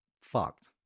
fucked